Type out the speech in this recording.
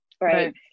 Right